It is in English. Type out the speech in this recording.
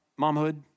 momhood